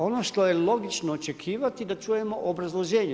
Ono što je logično očekivati da čujemo obrazloženje.